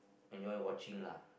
enjoy watching lah